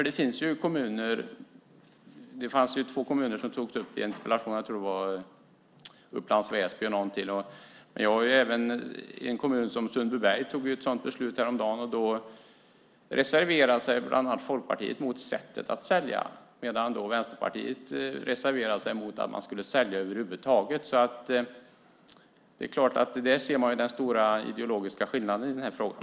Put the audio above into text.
Det togs upp två kommuner i interpellationen - jag tror att det var Upplands Väsby och någon till. Men även en kommun som Sundbyberg tog ett sådant beslut häromdagen. Då reserverade sig bland annat Folkpartiet mot sättet att sälja, medan Vänsterpartiet reserverade sig mot att man skulle sälja över huvud taget. Det är klart att man där ser den stora ideologiska skillnaden i den här frågan.